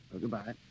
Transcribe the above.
goodbye